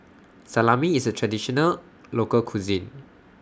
Salami IS A Traditional Local Cuisine